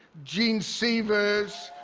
jean sievers,